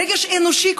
רגש אנושי,